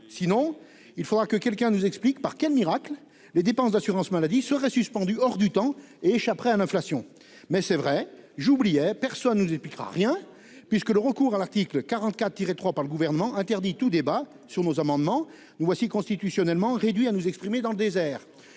défaut, il faudra que quelqu'un nous explique par quel miracle les dépenses d'assurance maladie seraient suspendues hors du temps et échapperaient à l'inflation. Or personne, nous le savons, ne nous expliquera rien, puisque le recours du Gouvernement à l'article 44, alinéa 3, nous interdit tout débat sur nos amendements. Nous voilà constitutionnellement réduits à nous exprimer dans le désert.